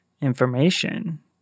information